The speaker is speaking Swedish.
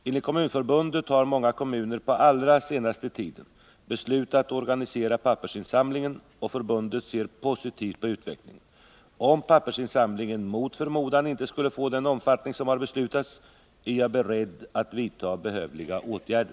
Enligt Kommunförbundet har många kommuner på allra senaste tiden beslutat organisera pappersinsamlingen, och förbundet ser positivt på utvecklingen. Om pappersinsamlingen mot förmodan inte skulle få den omfattning som har beslutats, är jag beredd att vidta behövliga åtgärder.